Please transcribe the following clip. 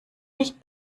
nicht